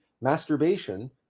Masturbation